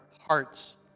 hearts